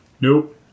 Nope